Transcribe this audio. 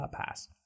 pass